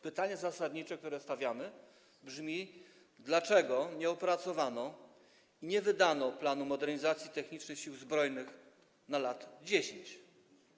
Pytanie zasadnicze, które stawiamy, brzmi: Dlaczego nie opracowano, nie wydano planu modernizacji technicznej Sił Zbrojnych na 10 lat?